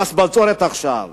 מס בצורת עכשיו,